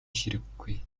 хэрэггүй